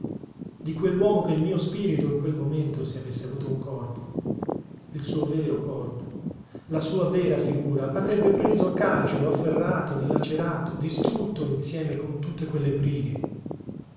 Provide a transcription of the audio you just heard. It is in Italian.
di quell'uomo che il mio spirito in quel momento se avesse avuto un corpo il suo vero corpo la sua vera figura avrebbe preso a calci o afferrato dilacerato distrutto insieme con tutte quelle brighe